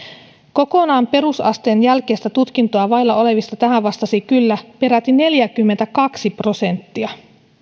kokonaan perusasteen jälkeistä tutkintoa vailla olevista tähän vastasi kyllä peräti neljäkymmentäkaksi prosenttia